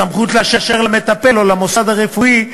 וסמכות לאשר למטפל או למוסד הרפואי,